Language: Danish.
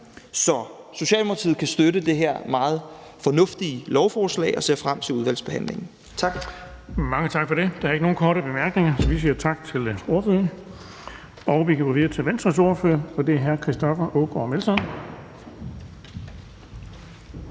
Så Socialdemokratiet kan støtte det her meget fornuftige lovforslag, og vi ser frem til udvalgsbehandlingen. Tak. Kl. 17:44 Den fg. formand (Erling Bonnesen): Mange tak for det. Der er ikke nogen korte bemærkninger, så vi siger tak til ordføreren. Vi kan gå videre til Venstres ordfører, og det er hr. Christoffer Aagaard Melson.